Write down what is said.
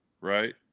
right